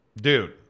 Dude